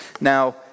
Now